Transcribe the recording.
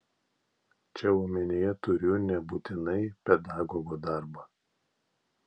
čia omenyje turiu nebūtinai pedagogo darbą